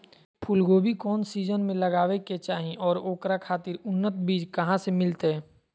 फूलगोभी कौन सीजन में लगावे के चाही और ओकरा खातिर उन्नत बिज कहा से मिलते?